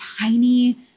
tiny